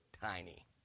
tiny